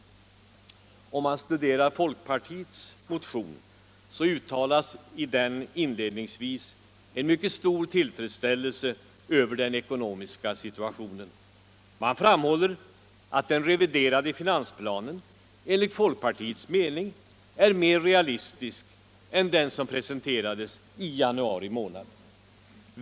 I folkpartiets motion uttalas inledningsvis en mycket stor tillfredsställelse över den ekonomiska situationen. Man betonar att den reviderade finansplanen enligt folkpartiets mening är mer realistisk än den som presenterades i januari månad.